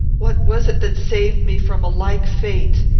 what was it that saved me from a like fate?